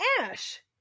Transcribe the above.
ash